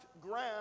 ground